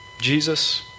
Jesus